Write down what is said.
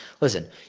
listen